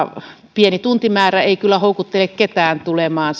pieni tuntimäärä ei kyllä houkuttele ketään tulemaan